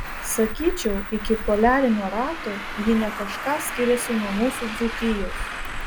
sakyčiau iki poliarinio rato ji ne kažką skiriasi nuo mūsų dzūkijos